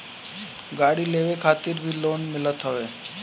गाड़ी लेवे खातिर भी लोन मिलत हवे